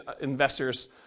investors